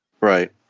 Right